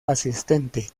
asistente